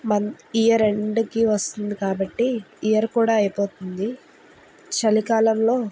మం ఇయర్ ఎండ్కి వస్తుంది కాబట్టి ఇయర్ కూడా అయిపోతుంది చలికాలంలో